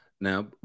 Now